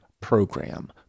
program